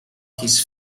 his